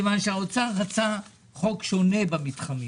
כי האוצר רצה חוק שונה במתחמים.